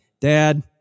Dad